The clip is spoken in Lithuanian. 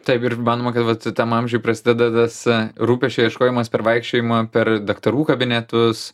taip ir manoma kad vat tam amžiuj prasideda tas rūpesčio ieškojimas per vaikščiojimą per daktarų kabinetus